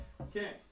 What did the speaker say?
Okay